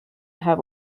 have